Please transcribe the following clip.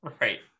Right